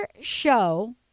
show